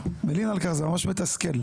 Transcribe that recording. זה ממש מתסכל.